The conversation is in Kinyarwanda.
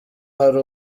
hari